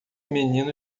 menino